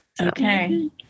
okay